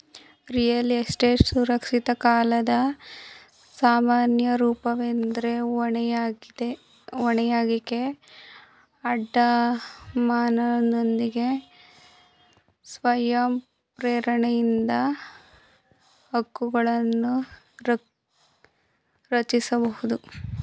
real estate ಸುರಕ್ಷಿತ ಕಾಲದ ಸಾಮಾನ್ಯ ರೂಪವೆಂದ್ರೆ ಹೊಣೆಗಾರಿಕೆ ಅಡಮಾನನೊಂದಿಗೆ ಸ್ವಯಂ ಪ್ರೇರಣೆಯಿಂದ ಹಕ್ಕುಗಳನ್ನರಚಿಸಬಹುದು